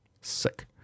Sick